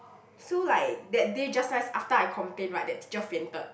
so like that day just nice after I complained right that teacher fainted